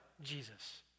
Jesus